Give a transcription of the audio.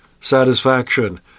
satisfaction